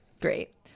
Great